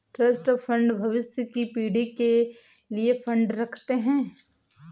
trust fund भविष्य की पीढ़ी के लिए फंड रखते हैं